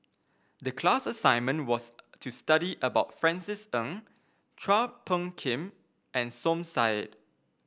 the class assignment was to study about Francis Ng Chua Phung Kim and Som Said